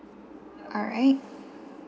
alright